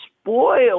spoiled